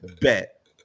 bet